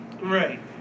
Right